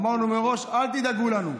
אמרנו מראש: אל תדאגו לנו,